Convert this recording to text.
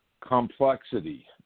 complexity